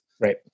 right